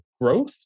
growth